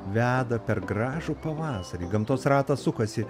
veda per gražų pavasarį gamtos ratas sukasi